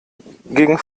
gegen